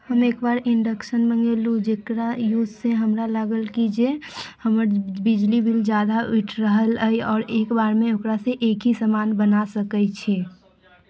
हम एक बार इंडक्शन मंगेलहुँ जेकरा यूज से हमरा लागल कि जे हमर बिजली बिल जादा उठि रहल अछि आओर एक बारमे ओकरा से एक ही समान बना सकैत छी